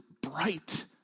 bright